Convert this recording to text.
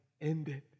ended